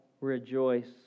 rejoice